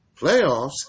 Playoffs